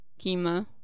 Kima